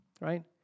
right